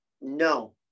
No